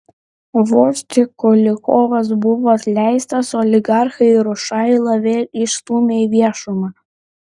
vos tik kulikovas buvo atleistas oligarchai rušailą vėl išstūmė į viešumą